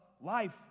life